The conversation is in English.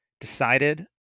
decided